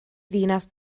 ddinas